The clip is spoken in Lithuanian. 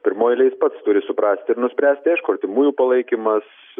pirmoj eilėj jis pats turi suprasti ir nuspręsti aišku artimųjų palaikymas